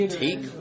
take